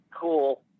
cool